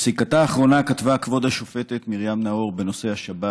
בפסיקתה האחרונה כתבה כבוד השופטת מרים נאור בנושא השבת